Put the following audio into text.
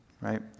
right